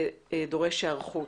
ודורש היערכות.